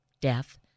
death